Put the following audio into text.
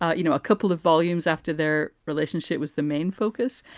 ah you know, a couple of volumes after their relationship was the main focus.